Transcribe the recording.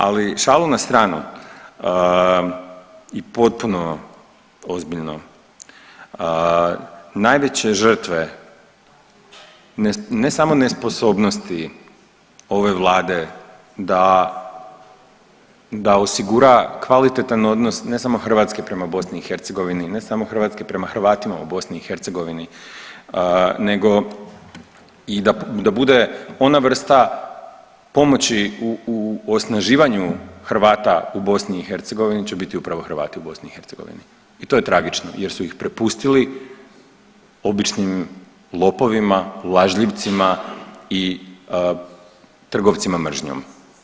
Ali šalu na stranu i potpuno ozbiljno, najveće žrtve ne samo nesposobnosti ove vlade da osigura kvalitetan odnos ne samo Hrvatske prema BiH, ne samo Hrvatske prema Hrvatima u BiH nego i da bude ona vrsta pomoći u osnaživanju Hrvata u BiH će biti upravo Hrvati u BiH i to je tragično jer su ih prepustili običnim lopovima, lažljivcima i trgovcima mržnjom.